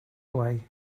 away